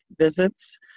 visits